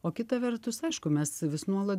o kita vertus aišku mes vis nuolat